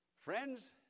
friends